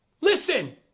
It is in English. listen